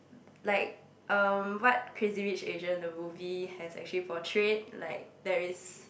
like um what crazy-rich-asian the movie has actually portrayed like there is